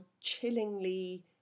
chillingly